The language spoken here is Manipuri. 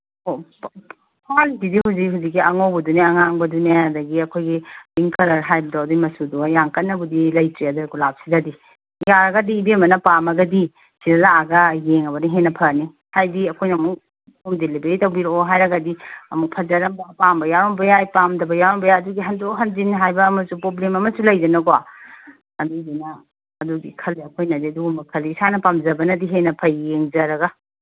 ꯑꯣ ꯍꯥꯏꯔꯤꯁꯤꯗꯤ ꯍꯧꯖꯤꯛ ꯍꯧꯖꯤꯛꯀꯤ ꯑꯉꯧꯕꯗꯨꯅꯦ ꯑꯉꯥꯡꯕꯗꯨꯅꯦ ꯑꯗꯒꯤ ꯑꯩꯈꯣꯏꯒꯤ ꯄꯤꯡ ꯀꯂꯔ ꯍꯥꯏꯗꯣ ꯑꯗꯨꯏ ꯃꯆꯨꯗꯨꯒ ꯌꯥꯝ ꯀꯟꯅꯕꯨꯗꯤ ꯂꯩꯇ꯭ꯔꯦ ꯑꯗꯔꯒꯨꯂꯥꯞꯁꯤꯗꯗꯤ ꯌꯥꯔꯒꯗꯤ ꯏꯕꯦꯝꯃꯅ ꯄꯥꯝꯃꯒꯗꯤ ꯁꯤꯗ ꯂꯥꯛꯑꯒ ꯌꯦꯡꯉꯕꯅ ꯍꯦꯟꯅ ꯐꯅꯤ ꯍꯥꯏꯗꯤ ꯑꯩꯈꯣꯏꯅ ꯑꯃꯨꯛ ꯍꯣꯝ ꯗꯤꯂꯤꯚꯔꯤ ꯇꯧꯕꯤꯔꯛꯑꯣ ꯍꯥꯏꯔꯒꯗꯤ ꯑꯃꯨꯛ ꯐꯖꯔꯝꯕ ꯑꯄꯥꯝꯕ ꯌꯥꯎꯔꯝꯕ ꯌꯥꯏ ꯄꯥꯝꯗꯕ ꯄꯥꯝꯗꯕ ꯌꯥꯎꯔꯝꯕ ꯌꯥꯏ ꯑꯗꯨꯒꯤ ꯍꯟꯗꯣꯛ ꯍꯟꯖꯤꯟ ꯍꯥꯏꯕ ꯑꯃꯁꯨ ꯄ꯭ꯔꯣꯕ꯭ꯂꯦꯝ ꯑꯃꯁꯨ ꯂꯩꯗꯅꯀꯣ ꯑꯗꯨꯗꯨꯅ ꯑꯗꯨꯒꯤ ꯈꯜꯂꯤ ꯑꯩꯈꯣꯏꯅꯗꯤ ꯑꯗꯨꯒꯨꯝꯕ ꯈꯜꯂꯤ ꯏꯁꯥꯅ ꯄꯥꯝꯖꯕꯅꯗꯤ ꯍꯦꯟꯅ ꯐꯩ ꯌꯦꯡꯖꯔꯒ